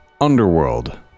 Underworld